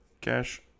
Cash